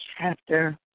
chapter